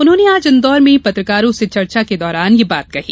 उन्होंन आज इन्दौर में पत्रकारों से चर्चा के दौरान यह बात कही